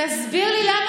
תסביר לי למה,